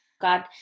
God